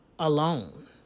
alone